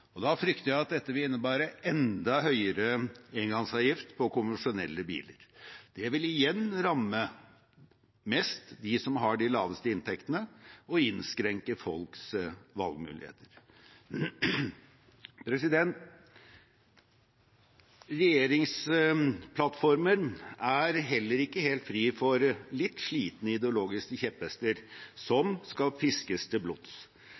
Da frykter jeg at dette vil innebære enda høyere engangsavgift på konvensjonelle biler. Det vil igjen ramme mest dem som har de laveste inntektene, og innskrenke folks valgmuligheter. Regjeringsplattformen er heller ikke helt fri for litt slitne ideologiske kjepphester som skal piskes til blods.